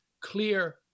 clear